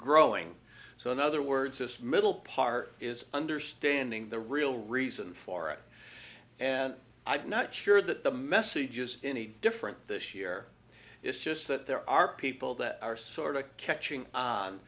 growing so in other words this middle part is understanding the real reason for it and i've not sure that the message is any different this year it's just that there are people that are sort of catching on